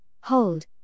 Hold